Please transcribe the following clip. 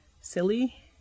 silly